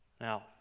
Now